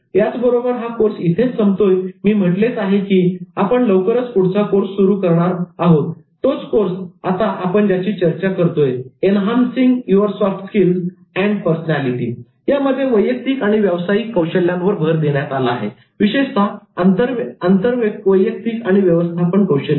याबरोबरच हा कोर्स इथेच संपतोय मी म्हटलेच आहे की आपण लवकरच पुढचा कोर्स सुरू करणार आहोत तोच कोर्स आता आपण ज्याची चर्चा करतोय 'enhancing your soft skills and personality' यामध्ये वैयक्तिक आणि व्यवसायिक कौशल्यांवर भर देण्यात आला आहे विशेषतः आंतरवैयक्तिक आणि व्यवस्थापन कौशल्य